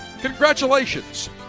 Congratulations